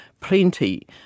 plenty